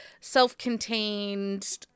self-contained